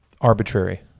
arbitrary